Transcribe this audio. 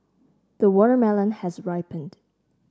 the watermelon has ripened